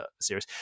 series